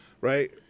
Right